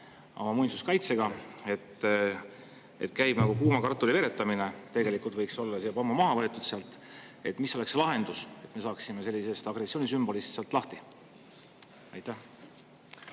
oma muinsuskaitsega. Käib nagu kuuma kartuli veeretamine. Tegelikult võiks olla see juba ammu maha võetud sealt. Mis oleks see lahendus, et me saaksime sellisest agressioonisümbolist sealt lahti? Aitäh.